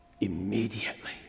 immediately